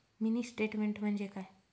Mini statement म्हणजे काय?